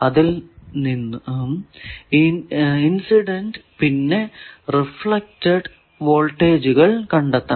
അതിൽ ഇന്നും ഇൻസിഡന്റ് പിന്നെ റിഫ്ലെക്ടഡ് വോൾട്ടേജുകൾ കണ്ടെത്തണം